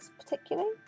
particularly